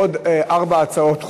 לעוד ארבע הצעות חוק,